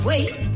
Wait